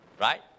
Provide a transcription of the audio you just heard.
right